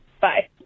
Bye